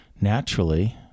naturally